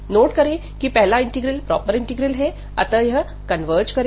note करें कि पहला इंटीग्रल प्रॉपर इंटीग्रल हैअतः यह कन्वर्ज करेगा